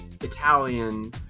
Italian